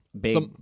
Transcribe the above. big